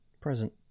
present